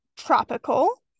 Tropical